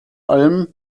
allem